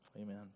amen